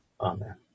Amen